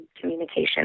communication